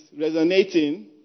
resonating